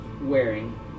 wearing